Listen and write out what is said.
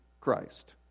Christ